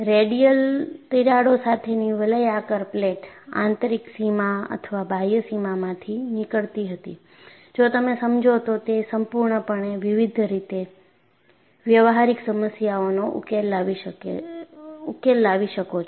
radial તિરાડો સાથેની વલયાકાર પ્લેટ આંતરિક સીમા અથવા બાહ્ય સીમામાંથી નીકળતી હતી જો તમે સમજો છો તો તમે અર્થપૂર્ણ રીતે વિવિધ વ્યવહારિક સમસ્યાઓનો ઉકેલ લાવી શકો છો